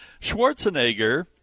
Schwarzenegger